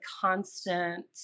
constant